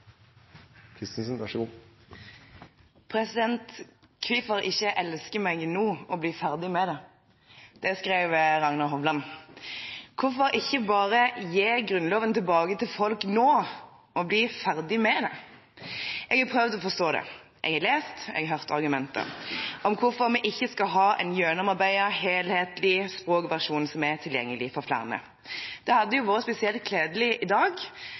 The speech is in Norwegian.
elske meg no og bli ferdig med det?» – Det skrev Ragnar Hovland. Hvorfor ikke bare gi Grunnloven tilbake til folk nå og bli ferdig med det? Jeg har prøvd å forstå det. Jeg har lest og jeg har hørt argumenter for hvorfor vi ikke skal ha en gjennomarbeidet, helhetlig språkversjon som er tilgjengelig for flere. Det hadde vært spesielt kledelig i dag